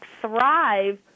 thrive